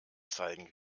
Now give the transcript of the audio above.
zeigen